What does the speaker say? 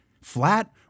flat